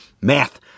Math